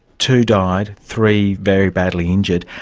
two died, three very badly injured.